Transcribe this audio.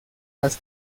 las